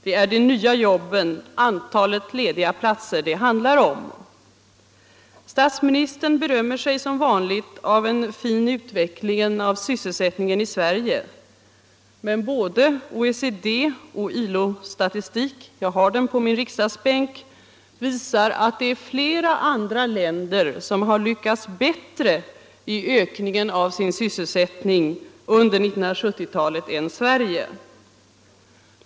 Det är de nya jobben, antalet lediga platser det handlar om. Statsministern berömmer sig som vanligt av den fina utvecklingen av sysselsättningen i Sverige. Men både OECD och ILO-statistik, jag har den på min riksdagsbänk, visar att andra länder har lyckats bättre med att öka sin sysselsättning under 1970-talet än Sverige.